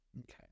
Okay